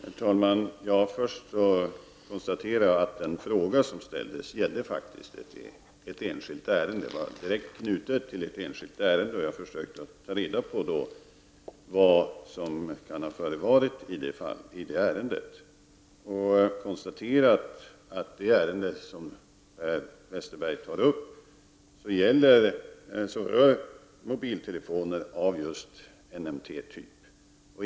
Herr talman! Jag vill först konstatera att den fråga som ställdes var direkt knuten till ett enskilt ärende. Jag har försökt att ta reda på vad som kan ha förevarit i det ärendet. Det ärende som Per Westerberg här tar upp rör mobiltelefoner av NMT typ.